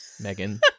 Megan